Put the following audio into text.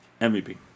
MVP